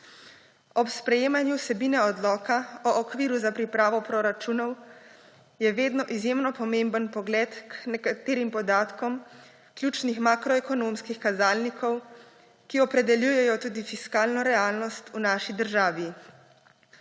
Ob sprejemanju vsebine Odloka o okviru za pripravo proračunov je vedno izjemno pomemben pogled k nekaterim podatkom ključnih makroekonomskih kazalnikov, ki opredeljujejo tudi fiskalno realnost v naši državi.